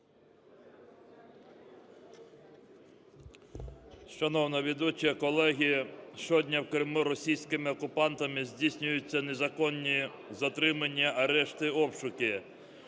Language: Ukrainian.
Шановна ведуча, колеги! Сьогодні в Криму російськими окупантами здійснюються незаконні затримання, арешти, обшуки.